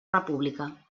república